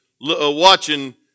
watching